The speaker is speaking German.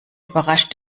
überrascht